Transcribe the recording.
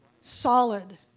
solid